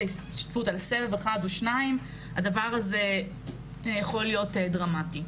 ההשתתפות על סבב אחד או שניים הדבר הזה יכול להיות דרמטי.